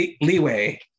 Leeway